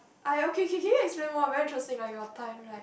I okay okay okay can you explain more very interesting like your time like